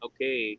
Okay